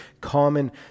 common